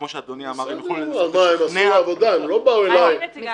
כמו שאדוני אמר --- הם עשו עבודה.